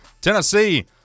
Tennessee